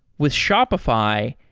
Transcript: with shopify,